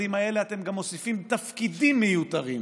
למשרדים האלה אתם גם מוסיפים תפקידים מיותרים: